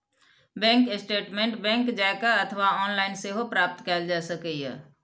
bank statement bank जाए के अथवा ऑनलाइन सेहो प्राप्त कैल जा सकैए